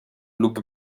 lub